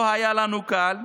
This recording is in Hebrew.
לא היה לנו קל.